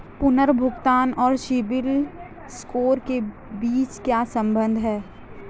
पुनर्भुगतान और सिबिल स्कोर के बीच क्या संबंध है?